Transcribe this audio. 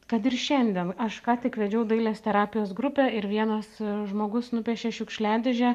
kad ir šiandien aš ką tik vedžiau dailės terapijos grupę ir vienas žmogus nupiešė šiukšliadėžę